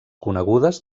conegudes